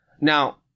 now